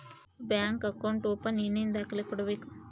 Bank account open ಏನೇನು ದಾಖಲೆ ಕೊಡಬೇಕು?